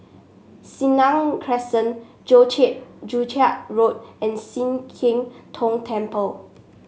Senang Crescent Joo Joo Chiat Road and Sian Keng Tong Temple